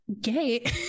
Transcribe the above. gay